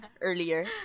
earlier